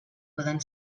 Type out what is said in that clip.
poden